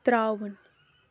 ترٛاوُن